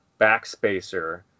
backspacer